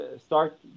start